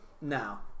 Now